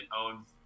owns